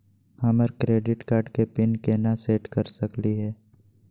हमर credit card के pin केना सेट कर सकली हे?